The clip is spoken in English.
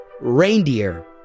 reindeer